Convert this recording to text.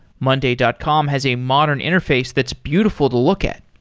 monday dot com has a modern interface that's beautiful to look at.